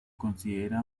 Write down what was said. considera